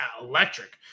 electric